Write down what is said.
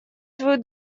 свою